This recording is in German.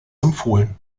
empfohlen